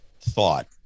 thought